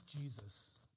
Jesus